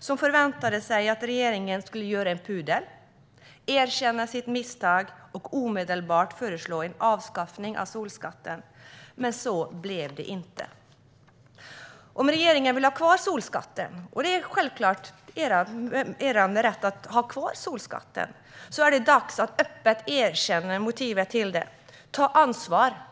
som förväntade sig att regeringen skulle göra en pudel, erkänna sitt misstag och omedelbart föreslå att solskatten skulle avskaffas. Men så blev det inte. Om regeringen vill ha kvar solskatten - det är självklart regeringens rätt att ha det - är det dags att öppet erkänna motivet bakom den och ta ansvar.